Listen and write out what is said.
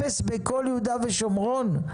אפס בכל יהודה ושומרון?